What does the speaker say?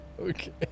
okay